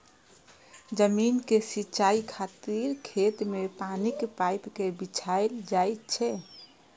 जमीन के सिंचाइ खातिर खेत मे पानिक पाइप कें बिछायल जाइ छै